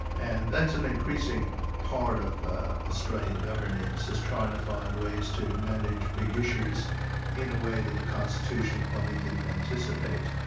and that's an increasing part of australian governance, is trying to find ways to manage big issues in a way that the constitution probably didn't anticipate,